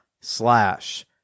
slash